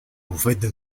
bufete